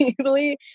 easily